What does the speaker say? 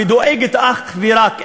ודואגת אך ורק,